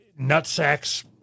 Nutsack's